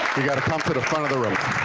you gotta come to the front of the room.